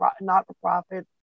not-for-profit